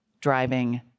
driving